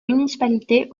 municipalité